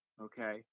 okay